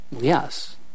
Yes